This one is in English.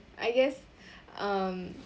I guess um